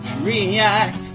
react